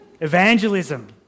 Evangelism